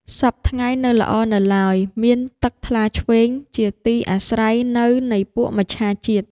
សព្វថ្ងៃ នៅល្អនៅឡើយ, មានទឹកថ្លាឈ្វេង ជាទីអាស្រ័យនៅនៃពួកមច្ឆាជាតិ